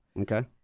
Okay